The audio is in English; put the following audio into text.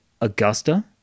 augusta